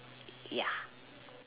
ya